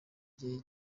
gihe